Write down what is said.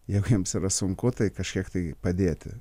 jeigu jiems yra sunku tai kažkiek tai padėti